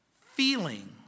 feeling